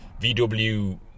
VW